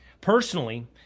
Personally